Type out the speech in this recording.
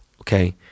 okay